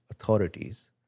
authorities